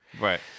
Right